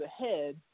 ahead